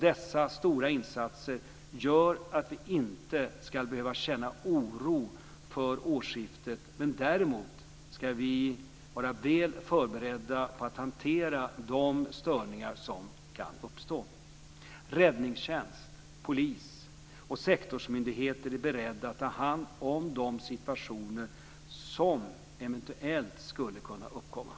Dessa stora insatser gör att vi inte ska behöva känna oro för årsskiftet, men däremot ska vi vara väl förberedda på att hantera de störningar som kan uppstå. Räddningstjänst, polis och sektorsmyndigheter är beredda att ta hand om de situationer som eventuellt skulle kunna uppkomma.